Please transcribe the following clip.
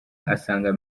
asaga